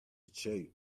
chirp